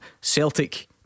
Celtic